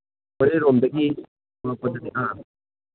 ꯃꯣꯔꯦꯔꯣꯝꯗꯒꯤ ꯊꯣꯔꯛꯄꯗꯅꯤ ꯑꯥ